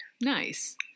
Nice